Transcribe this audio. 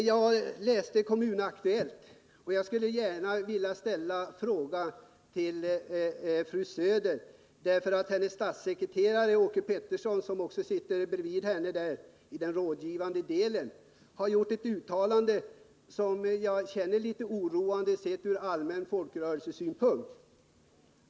Jag skulle gärna vilja ställa en fråga till fru Söder, därför att hennes statssekreterare, som också sitter bredvid henne i den rådgivande delen, har gjort ett uttalande i Kommunaktuellt som jag känner litet oro för från allmän folkrörelsesynpunkt.